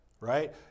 right